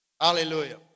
Hallelujah